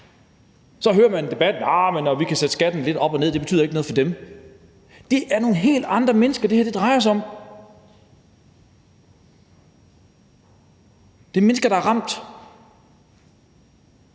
Så hører man i debatten nogle sige: Vi kan sætte skatten lidt op og ned. Det betyder ikke noget for dem. Det er nogle helt andre mennesker, det her drejer sig om. Det er mennesker, der er ramt,